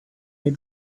your